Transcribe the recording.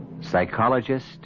psychologist